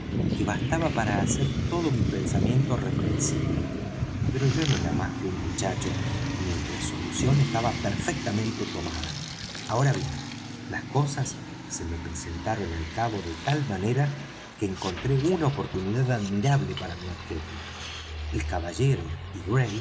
que bastaba para hacer todo mi pensamiento reprensible pero yo no era más que un muchacho y mi resolución estaba perfectamente tomada ahora bien las cosas se me presentaron al cabo de tal manera que encontré una oportunidad admirable para mi objeto el caballero